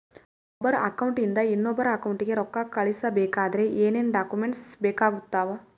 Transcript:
ಒಬ್ಬರ ಅಕೌಂಟ್ ಇಂದ ಇನ್ನೊಬ್ಬರ ಅಕೌಂಟಿಗೆ ರೊಕ್ಕ ಕಳಿಸಬೇಕಾದ್ರೆ ಏನೇನ್ ಡಾಕ್ಯೂಮೆಂಟ್ಸ್ ಬೇಕಾಗುತ್ತಾವ?